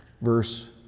verse